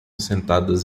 sentadas